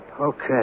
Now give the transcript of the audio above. Okay